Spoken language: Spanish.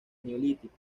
neolítico